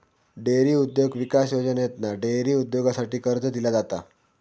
dairy उद्योग विकास योजनेतना डेअरी उद्योगासाठी कर्ज दिला जाता